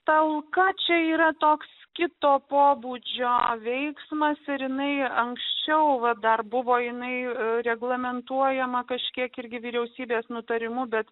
tau ką čia yra toks kito pobūdžio veiksmas irinai anksčiau va dar buvo jinai reglamentuojama kažkiek irgi vyriausybės nutarimų bet